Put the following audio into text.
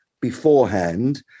beforehand